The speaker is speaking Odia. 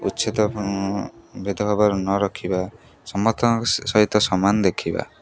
କୂଶ୍ଚିତ ଭେଦ ଭାବରେ ନ ରଖିବା ସମସ୍ତଙ୍କ ସହିତ ସମାନ ଦେଖିବା